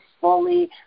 fully